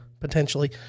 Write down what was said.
Potentially